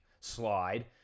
slide